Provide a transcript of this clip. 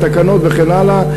התקנות וכן הלאה,